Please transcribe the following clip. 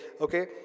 Okay